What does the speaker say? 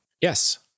Yes